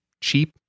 cheap